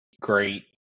great